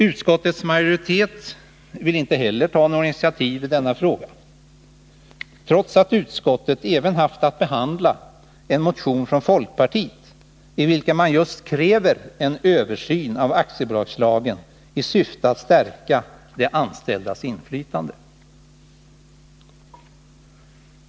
Utskottets majoritet vill inte heller ta några initiativ i denna fråga, trots att utskottet även haft att behandla en motion från folkpartiet, i vilken man just kräver en översyn av aktiebolagslagen i syfte att stärka de anställdas inflytande.